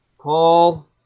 Paul